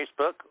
Facebook